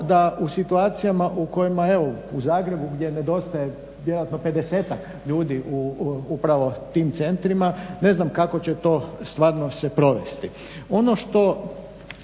da u situacijama u kojima evo, u Zagrebu gdje nedostaje vjerojatno pedesetak ljudi upravo u tim centrima ne znam kako će to stvarno se provesti. Ono što